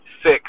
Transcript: Six